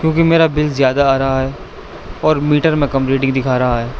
کیوںکہ میرا بل زیادہ آ رہا ہے اور میٹر میں کم ریڈنگ دکھا رہا ہے